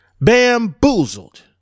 Bamboozled